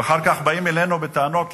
ואחר כך באים אלינו בטענות,